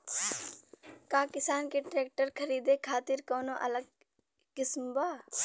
का किसान के ट्रैक्टर खरीदे खातिर कौनो अलग स्किम बा?